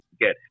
get